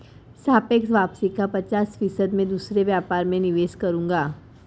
सापेक्ष वापसी का पचास फीसद मैं दूसरे व्यापार में निवेश करूंगा